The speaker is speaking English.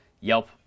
yelp